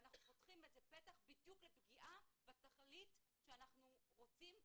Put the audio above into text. ואנחנו פותחים פתח בדיוק לפגיעה בתכלית שאנחנו רוצים,